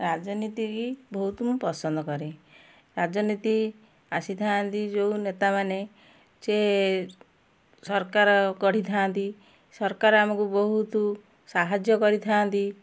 ରାଜନୀତି ବହୁତ ମୁଁ ପସନ୍ଦ କରେ ରାଜନୀତି ଆସିଥାଆନ୍ତି ଯେଉଁ ନେତାମାନେ ସେ ସରକାର ଗଢ଼ିଥାନ୍ତି ସରକାର ଆମକୁ ବହୁତ ସାହାଯ୍ୟ କରିଥାନ୍ତି